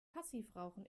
passivrauchen